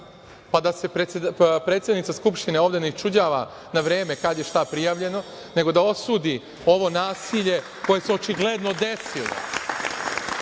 pa, da se predsednica Skupštine ovde ne iščuđava na vreme kada je šta prijavljeno, nego da osudi ovo nasilje koje se očigledno desilo,